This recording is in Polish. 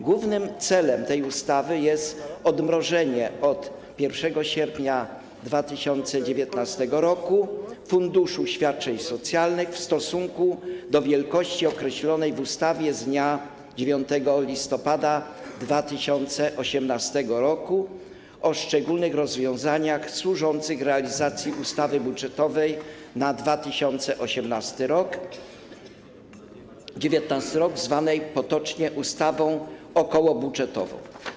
Głównym celem tej ustawy jest odmrożenie od 1 sierpnia 2019 r. funduszu świadczeń socjalnych w stosunku do wielkości określonej w ustawie z dnia 9 listopada 2018 r. o szczególnych rozwiązaniach służących realizacji ustawy budżetowej na 2019 r., zwanej potocznie ustawą okołobudżetową.